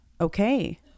okay